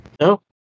No